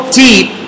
deep